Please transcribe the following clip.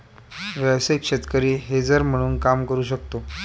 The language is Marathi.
व्यावसायिक शेतकरी हेजर म्हणून काम करू शकतो